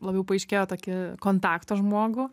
labiau paaiškėjo tokį kontakto žmogų